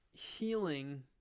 Healing